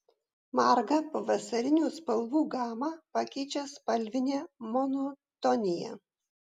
margą pavasarinių spalvų gamą pakeičia spalvinė monotonija